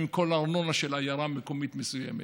כל הארנונה של עיירה מקומית מסוימת.